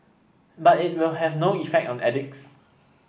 but it will have no effect on addicts